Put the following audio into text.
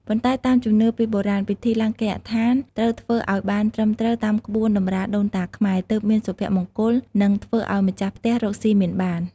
ប៉ុន្តែតាមជំនឿពីបុរាណ ពិធីឡើងគេហដ្ឋានត្រូវធ្វើឱ្យបានត្រឹមត្រូវតាមក្បួនតម្រាដូនតាខ្មែរ ទើបមានសុភមង្គល និងធ្វើឲ្យម្ចាស់ផ្ទះរកសុីមានបាន។